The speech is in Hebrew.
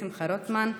שמחה רוטמן,